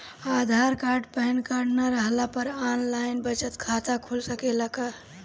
आधार card PAN card न रहला पर आन लाइन बचत खाता खुल सकेला का?